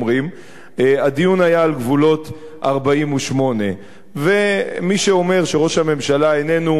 הדיון היה על גבולות 48'. ומי שאומר שראש הממשלה איננו מעוניין,